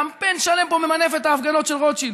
קמפיין שלם פה ממנף את ההפגנות של רוטשילד.